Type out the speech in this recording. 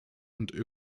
und